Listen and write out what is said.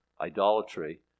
idolatry